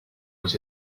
was